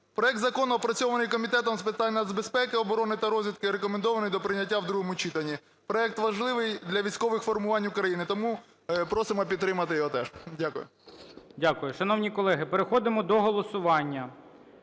Проект закону опрацьований Комітетом з питань нацбезпеки, оборони та розвитку і рекомендований до прийняття в другому читанні. Проект важливий для військових формувань України, тому просимо підтримати його теж. Дякую. ГОЛОВУЮЧИЙ. Дякую. Шановні колеги, переходимо до голосування.